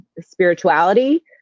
spirituality